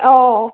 औ